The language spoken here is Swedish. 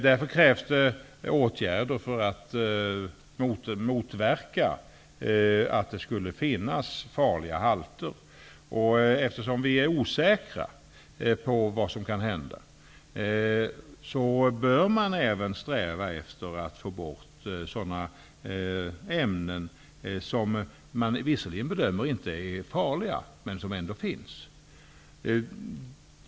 Därför krävs åtgärder för att motverka farliga halter. Eftersom vi är osäkra på vad som kan hända bör man även sträva efter att få bort sådana främmande ämnen som man visserligen inte bedömer som direkt farliga.